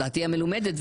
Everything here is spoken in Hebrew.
דעתי המלומדת,